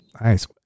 Nice